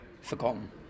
forgotten